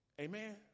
Amen